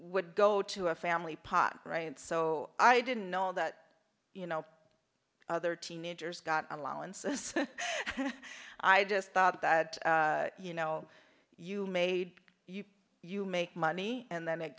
would go to a family pot right so i didn't know that you know other teenagers got allowances i just thought that you know you made you make money and then it